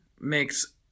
makes